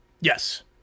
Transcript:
Yes